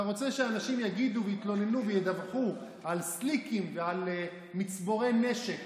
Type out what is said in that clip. אתה רוצה שאנשים יגידו ויתלוננו וידווחו על סליקים ועל מצבורי נשק